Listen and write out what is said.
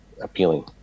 appealing